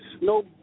no